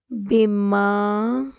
ਬੀਮਾ